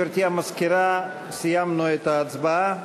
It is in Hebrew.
גברתי המזכירה, סיימנו את ההצבעה.